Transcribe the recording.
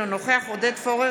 אינו נוכח עודד פורר,